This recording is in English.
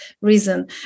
reason